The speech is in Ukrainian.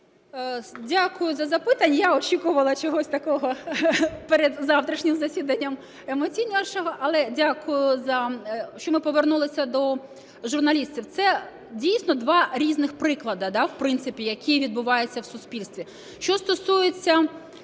Дякую за запитання. Я очікувала чогось такого перед завтрашнім засіданням емоційнішого, але дякую, що ми повернулися до журналістів. Це дійсно два різних приклади, в принципі, які відбуваються в суспільстві.